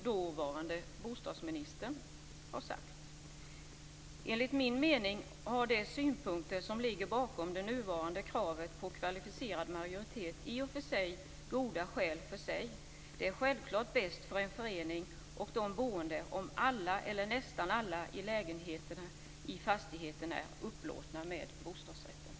Dåvarande bostadsministern sade då: "Enligt min mening har de synpunkter som ligger bakom det nuvarande kravet på kvalificerad majoritet i och för sig goda skäl för sig. Det är självklart bäst för föreningen och de boende om alla eller nästan alla lägenheter i fastigheten är upplåtna med bostadsrätt."